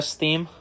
theme